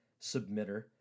submitter